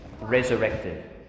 resurrected